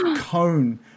cone